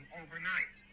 overnight